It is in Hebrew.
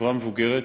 כחברה מבוגרת,